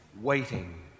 waiting